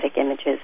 images